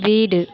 வீடு